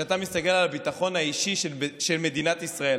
כשאתה מסתכל על הביטחון האישי של מדינת ישראל,